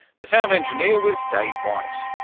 the sound engineer was dave white.